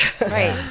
Right